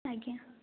ଆଜ୍ଞା